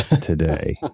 Today